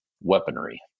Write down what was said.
weaponry